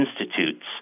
Institutes